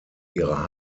ihrer